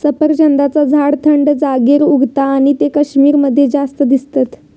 सफरचंदाचा झाड थंड जागेर उगता आणि ते कश्मीर मध्ये जास्त दिसतत